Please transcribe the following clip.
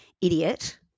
idiot